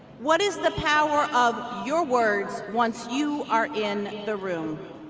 what is the power of your words once you are in the room?